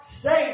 saved